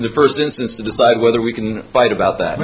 the first instance to decide whether we can fight about that